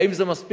האם זה מספיק?